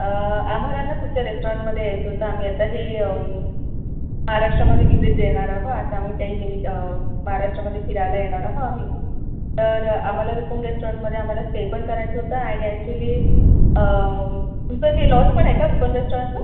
आम्हाला ना तुमच्या रेस्टॉरंटमध्ये यायचं होतं आम्ही आता हे महाराष्ट्रामध्ये विजिट देणार आहो आता आम्ही त्याही निमित्त महाराष्ट्रामध्ये फिरायला येणार आहो आम्ही तर आम्हाला रूपम रेस्टॉरंटमध्ये आम्हाला स्टे पण करायचं होतं आणि ॲक्चुअल्ली तुमचं हे लॉजपण आहे का रूपम रेस्टॉरंटचं